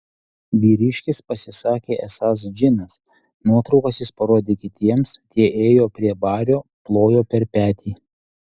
vyriškis pasisakė esąs džinas nuotraukas jis parodė kitiems tie ėjo prie bario plojo per petį